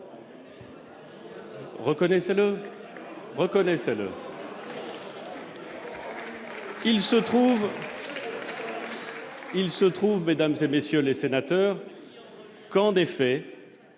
reconnaissez-le. Il se trouve, mesdames et messieurs les sénateurs, qu'en effet,